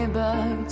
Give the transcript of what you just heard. back